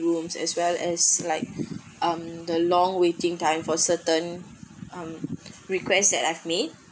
rooms as well as like um the long waiting time for certain mm requests that I've made